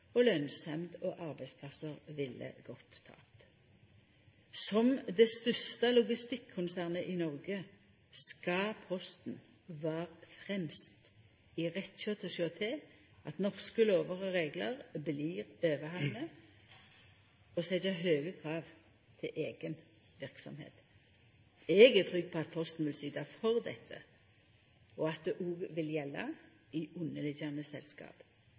og lønnsemd og arbeidsplassar ville gått tapt. Som det største logistikkonsernet i Noreg skal Posten vera fremst i rekkja til å sjå til at norske lover og reglar blir overhaldne, og setja høge krav til eiga verksemd. Eg er trygg på at Posten vil syta for at dette òg vil gjelda underliggjande selskap. Gjennom å delta aktivt i